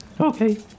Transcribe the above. Okay